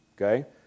okay